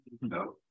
No